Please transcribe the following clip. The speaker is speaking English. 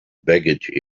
baggage